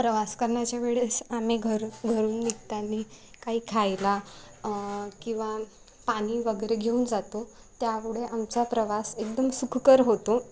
प्रवास करण्याच्या वेळेस आम्ही घर घरून निघताना काही खायला किंवा पाणी वगैरे घेऊन जातो त्यामुळे आमचा प्रवास एकदम सुखकर होतो